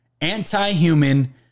anti-human